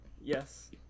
yes